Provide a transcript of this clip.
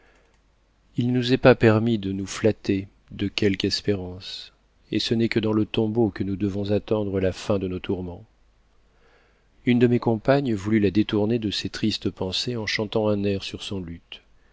il ne nous est pas permis de nous natter de quelque espérance et ce n'est que dans le tombeau que nous devons attendre la fin de nos tourments une de mes compagnes voulut la détourner de ses tristes pensées en chantant un air sur son luth